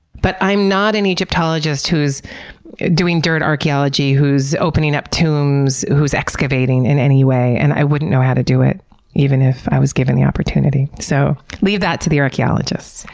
but i'm not an egyptologist who's doing dirt archaeology, who's opening up tombs, who's excavating in any way, and i wouldn't know how to do it even if i was given the opportunity. so, leave that to the archaeologists.